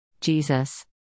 Jesus